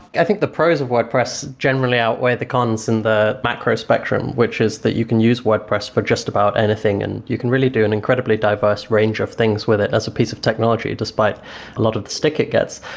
i think the pros of wordpress generally outweigh the cons in the macro spectrum, which is that you can use wordpress for just about anything and you can really do an incredibly diverse range of things with it as a piece of technology, despite a lot of the stick it gets.